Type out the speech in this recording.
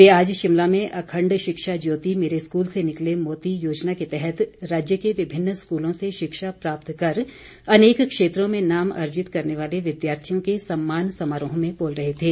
वे आज शिमला में अखण्ड शिक्षा ज्योति मेरे स्कूल से निकले मोती योजना के तहत राज्य के विभिन्न स्कूलों से शिक्षा प्राप्त कर अनेक क्षेत्रों में नाम अर्जित करने वाले विद्यार्थियों के सम्मान समारोह में बोल रहे थे